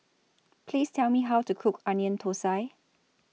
Please Tell Me How to Cook Onion Thosai